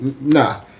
Nah